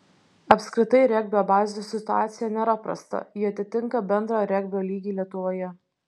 apskritai regbio bazių situacija nėra prasta ji atitinka bendrą regbio lygį lietuvoje